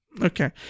Okay